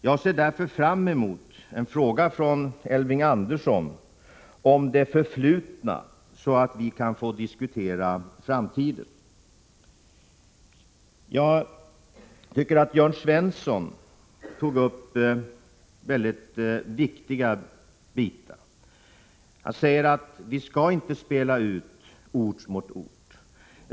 Jag ser därför fram mot en fråga från Elving Andersson om det förflutna, så att vi kan få diskutera framtiden. Jag tycker att Jörn Svensson tog upp mycket viktiga frågor. Han sade att vi inte skall spela ut ort mot ort.